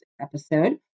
episode